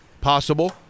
Possible